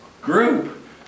group